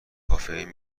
کافئین